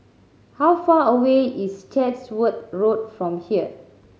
how far away is Chatsworth Road from here